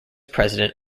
president